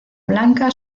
blanca